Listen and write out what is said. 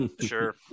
Sure